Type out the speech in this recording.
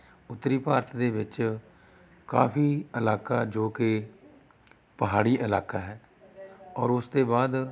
ਉੱਤਰੀ ਭਾਰਤ ਦੇ ਵਿੱਚ ਕਾਫੀ ਇਲਾਕਾ ਜੋ ਕਿ ਪਹਾੜੀ ਇਲਾਕਾ ਹੈ ਔਰ ਉਸ ਤੋਂ ਬਾਅਦ